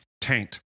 Taint